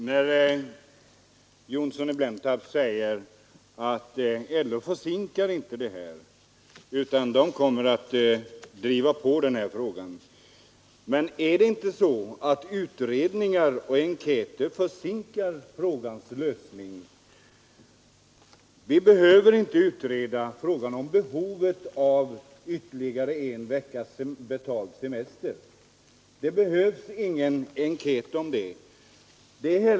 Herr talman! Herr Johnsson i Blentarp säger att LO försinkar inte det här utan kommer att driva på i frågan. Men är det inte så att utredningar och enkäter försinkar frågans lösning? Vi behöver inte utreda behovet av ytterligare en veckas betald semester. Det behövs ingen enkät om det.